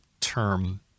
term